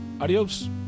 adios